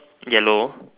yellow